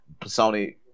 Sony